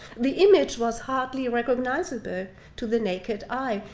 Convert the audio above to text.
the image was hardly recognizable to the naked eye.